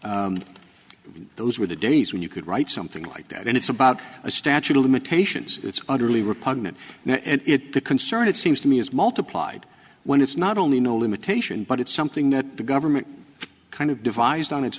those were the days when you could write something like that and it's about a statute of limitations it's utterly repugnant and it concerned it seems to me is multiplied when it's not only no limitation but it's something that the government kind of devised on